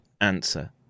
answer